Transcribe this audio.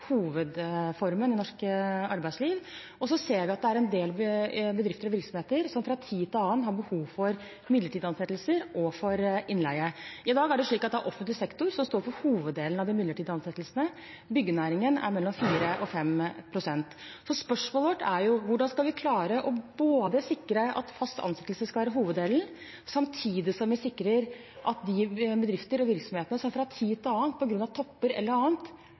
hovedformen i norsk arbeidsliv, men vi ser at en del bedrifter og virksomheter fra tid til annen har behov for midlertidige ansettelser og innleie. I dag er det offentlig sektor som står for hoveddelen av de midlertidige ansettelsene. Andelen i byggenæringen er på mellom 4 og 5 pst. Så spørsmålet vårt er hvordan vi skal klare å sikre at fast ansettelse skal være hovedregelen, samtidig som vi sikrer at de bedrifter og virksomheter som fra tid til annen – på grunn av topper eller